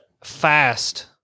fast